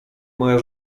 moja